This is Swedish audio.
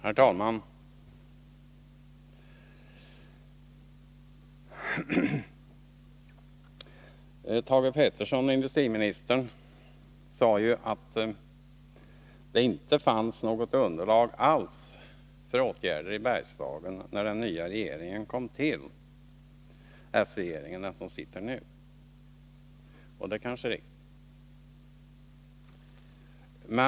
Nr 135 Herr talman! Industriministern sade att det inte fanns något underlag alls Måndagen den för åtgärder i Bergslagen när den socialdemokratiska regeringen tillträdde, 2 maj 1983 och det är kanske i och för sig riktigt.